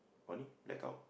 oh ni blackout